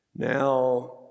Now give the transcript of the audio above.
Now